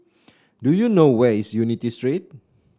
do you know where is Unity Street